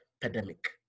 pandemic